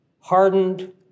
hardened